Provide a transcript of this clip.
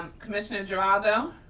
commissioner geraldo?